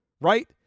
right